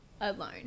alone